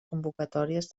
convocatòries